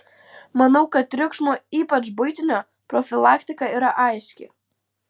manau kad triukšmo ypač buitinio profilaktika yra aiški